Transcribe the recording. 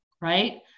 right